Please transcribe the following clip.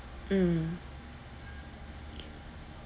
mm